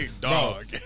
Dog